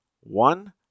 one